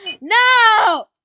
No